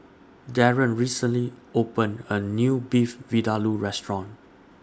Darren recently opened A New Beef Vindaloo Restaurant